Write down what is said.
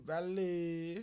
Valley